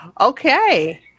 Okay